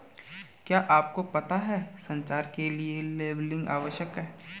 क्या आपको पता है संचार के लिए लेबलिंग आवश्यक है?